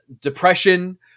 depression